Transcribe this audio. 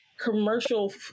commercial